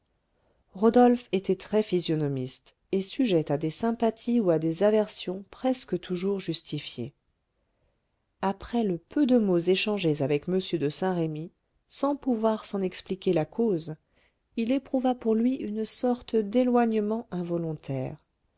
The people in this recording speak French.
rodolphe était très physionomiste et sujet à des sympathies ou à des aversions presque toujours justifiées après le peu de mots échangés avec m de saint-remy sans pouvoir s'en expliquer la cause il éprouva pour lui une sorte d'éloignement involontaire